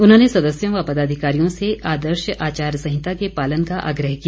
उन्होंने सदस्यों व पदाधिकारियों से आदर्श आचार संहिता के पालन का आग्रह किया